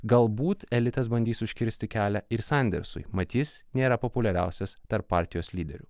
galbūt elitas bandys užkirsti kelią ir sandersui mat jis nėra populiariausias tarp partijos lyderių